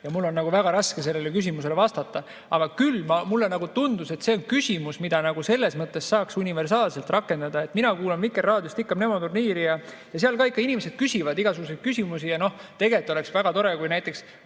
ja mul on nagu väga raske sellele küsimusele vastata. Aga küll mulle tundub, et see on küsimus, mida saaks universaalselt rakendada. Mina kuulan Vikerraadiost ikka "Mnemoturniiri" ja seal ka inimesed küsivad igasuguseid küsimusi. Tegelikult oleks väga tore, kui näiteks